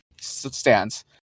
stands